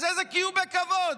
אז איזה קיום בכבוד?